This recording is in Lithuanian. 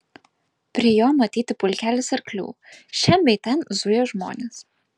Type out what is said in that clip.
prie jo matyti pulkelis arklių šen bei ten zuja žmonės